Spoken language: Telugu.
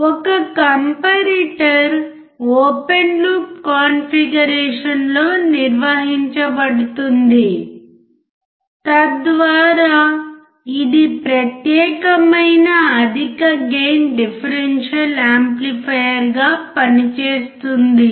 ఒక కంపారిటర్ ఓపెన్ లూప్ కాన్ఫిగరేషన్లో నిర్వహించబడుతుంది తద్వారా ఇది ప్రత్యేకమైన అధిక గెయిన్ డిఫరెన్షియల్ యాంప్లిఫైయర్గా పనిచేస్తుంది